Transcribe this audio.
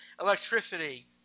electricity